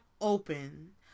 open